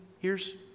years